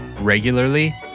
regularly